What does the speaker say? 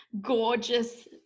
gorgeous